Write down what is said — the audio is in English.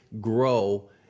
grow